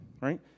right